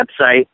website